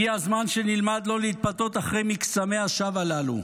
הגיע הזמן שנלמד לא להתפתות אחרי מקסמי השווא הללו,